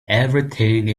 everything